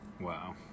Wow